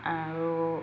আৰু